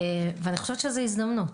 זו הזדמנות.